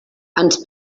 ens